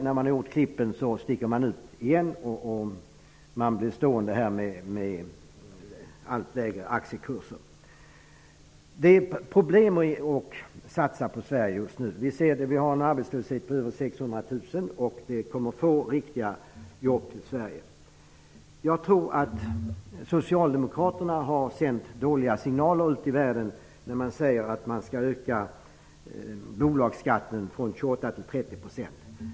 När de gjort klippen, sticker de ut igen. Vi blir stående här med allt lägre aktiekurser. Det är problem med att satsa på Sverige just nu. Vi har en arbetslöshet på över 600 000. Det kommer få riktiga jobb till Sverige. Jag tror att Socialdemokraterna har sänt dåliga signaler ut i världen. De säger att man skall höja bolagsskatten från 28 % till 30 %.